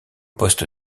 poste